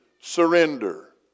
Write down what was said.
surrender